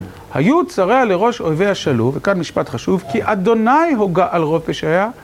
היו צריה לראש אוהבי השלום, וכאן משפט חשוב, כי אדוני הוגה על רוב פשעיה.